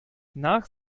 nach